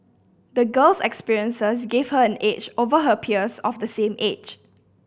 the girl's experiences gave her an edge over her peers of the same age